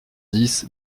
dix